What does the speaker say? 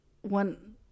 one